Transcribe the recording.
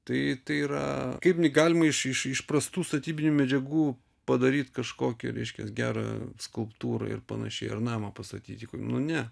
tai yra kaip galima iš iš prastų statybinių medžiagų padaryt kažkokį ryškias gerą skulptūrą ir panašiai ar namą pastatyti nu ne